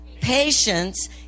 patience